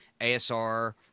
ASR